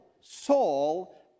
Saul